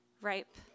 ripe